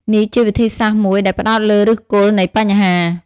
នេះជាវិធីសាស្រ្តមួយដែលផ្តោតលើឫសគល់នៃបញ្ហា។